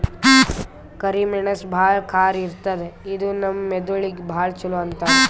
ಕರಿ ಮೆಣಸ್ ಭಾಳ್ ಖಾರ ಇರ್ತದ್ ಇದು ನಮ್ ಮೆದಳಿಗ್ ಭಾಳ್ ಛಲೋ ಅಂತಾರ್